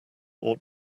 ought